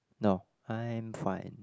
no I'm fine